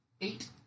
Eight